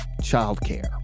childcare